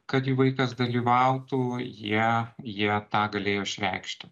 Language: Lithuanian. kad jų vaikas dalyvautų jie jie tą galėjo išreikšti